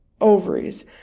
ovaries